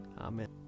Amen